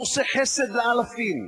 נושא חסד לאלפים,